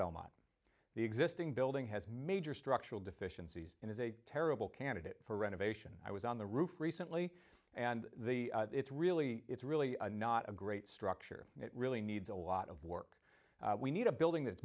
belmont the existing building has major structural deficiencies and is a terrible candidate for renovation i was on the roof recently and it's really it's really not a great structure it really needs a lot of work we need a building that's